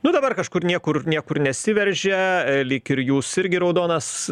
nu dabar kažkur niekur niekur nesiveržia lyg ir jūs irgi raudonas